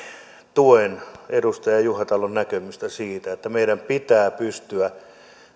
tuen edustaja juhantalon näkemystä siitä että meidän pitää pystyä